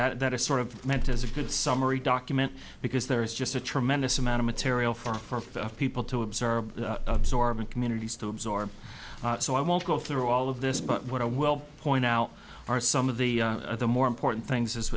and that is sort of meant as a good summary document because there is just a tremendous amount of material for people to observe absorb and communities to absorb so i won't go through all of this but what i will point out are some of the other more important things as